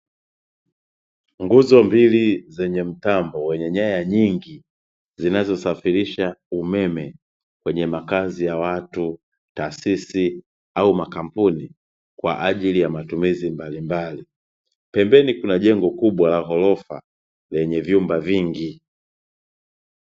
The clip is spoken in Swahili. Nguzo mbili zenye mtambo wenye nyaya nyingi, zinazosafirisha umeme kwenye makazi ya watu, taasisi, au makampuni, kwa ajili ya matumizi mbalimbali. Pembeni kuna jengo kubwa la ghorofa lenye vyumba vingi.